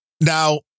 Now